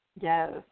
Yes